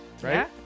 Right